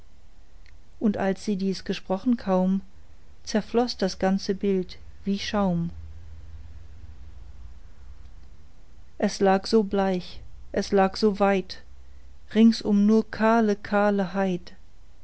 und als sie dies gesprochen kaum zerfloß das ganze bild wie schaum es lag so bleich es lag so weit ringsum nur kahle kahle heid